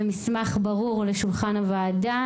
מסמך ברור לשולחן הוועדה.